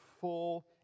full